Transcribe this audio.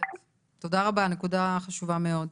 תודה רבה נקודה חשובה מאוד.